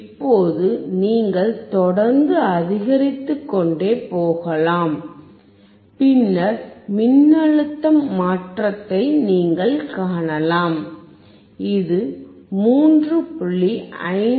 இப்போது நீங்கள் தொடர்ந்து அதிகரித்துக்கொண்டே போகலாம் பின்னர் மின்னழுத்தம் மாற்றத்தை நீங்கள் காணலாம் இது 3